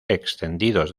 extendidos